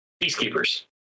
peacekeepers